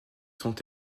sont